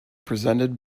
presented